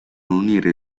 unire